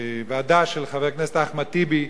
בוועדה של חבר הכנסת אחמד טיבי.